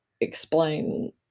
explain